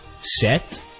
set